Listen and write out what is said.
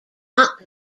not